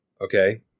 Okay